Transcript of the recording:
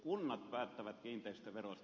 kunnat päättävät kiinteistöverosta